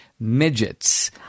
midgets